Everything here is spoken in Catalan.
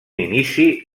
inici